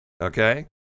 Okay